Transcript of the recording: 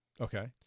Okay